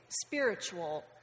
spiritual